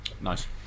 nice